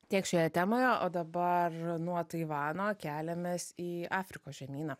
tiek šioje temoje o dabar nuo taivano keliamės į afrikos žemyną